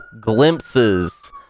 glimpses